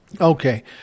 Okay